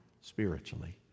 spiritually